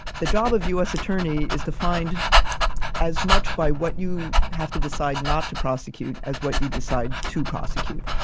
the job of us attorney is defined as much by what you have to decide not to prosecute as what you decide to prosecute.